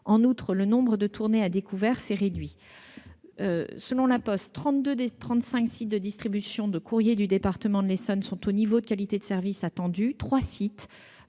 En outre, le nombre de tournées à découvert s'est réduit. Selon La Poste, 32 des 35 sites de distribution du courrier du département de l'Essonne sont au niveau de qualité de service attendu. Trois sites,